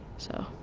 so.